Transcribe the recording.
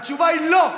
התשובה היא לא.